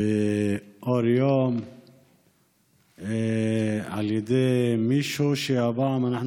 לאור יום על ידי מישהו שהפעם אנחנו